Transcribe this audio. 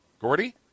Gordy